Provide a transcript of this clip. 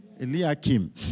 Eliakim